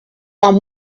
one